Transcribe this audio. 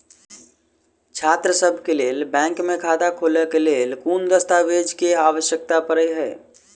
छात्रसभ केँ लेल बैंक खाता खोले केँ लेल केँ दस्तावेज केँ आवश्यकता पड़े हय?